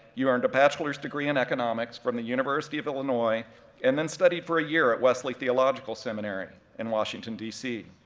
you earned a bachelor's degree in economics from the university of illinois and then studied for a year at wesley theological seminary, in washington, d c,